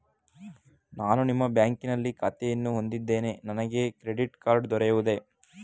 ನಾನು ನಿಮ್ಮ ಬ್ಯಾಂಕಿನಲ್ಲಿ ಖಾತೆಯನ್ನು ಹೊಂದಿದ್ದೇನೆ ನನಗೆ ಕ್ರೆಡಿಟ್ ಕಾರ್ಡ್ ದೊರೆಯುವುದೇ?